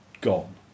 gone